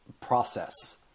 process